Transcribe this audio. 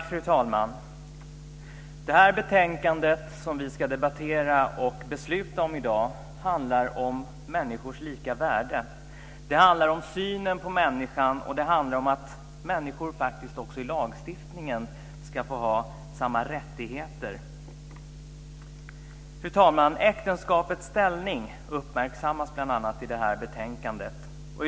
Fru talman! Det betänkande som vi ska debattera och besluta om i dag handlar om människors lika värde. Det handlar om synen på människan, och det handlar om att människor faktiskt också i lagstiftningen ska få ha samma rättigheter. Fru talman! Äktenskapets ställning uppmärksammas, bl.a., i detta betänkande.